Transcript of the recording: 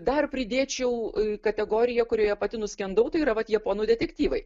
dar pridėčiau kategoriją kurioje pati nuskendau tai yra vat japonų detektyvai